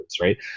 right